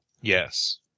Yes